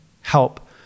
help